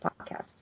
podcast